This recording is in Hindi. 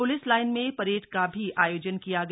प्लिस लाइन में परेड का भी आयोजन किया गया